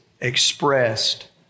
expressed